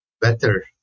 better